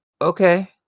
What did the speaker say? okay